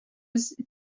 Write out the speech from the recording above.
use